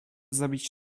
zabić